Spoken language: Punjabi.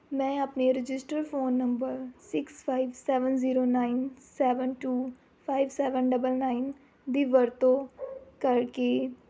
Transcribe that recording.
ਮੈਂ ਆਪਣੇ registered phone number six five seven zero nine seven two five seven double nine ਦੀ ਵਰਤੋਂ ਕਰਕੇ